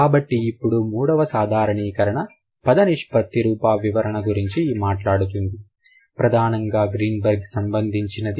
కాబట్టి ఇప్పుడు మూడవ సాధారణీకరణ పద నిష్పత్తి రూపా వివరణ గురించి మాట్లాడుతుంది ప్రధానంగా గ్రీన్ బెర్గ్ సంబంధించింది